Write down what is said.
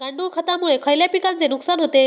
गांडूळ खतामुळे खयल्या पिकांचे नुकसान होते?